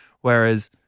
whereas